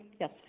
yes